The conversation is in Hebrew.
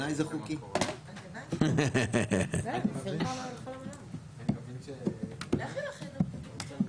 מתי קבענו את הרוויזיה